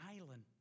island